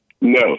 no